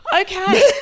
Okay